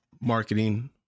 marketing